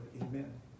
Amen